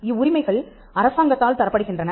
இவ்வுரிமைகள் அரசாங்கத்தால் தரப்படுகின்றன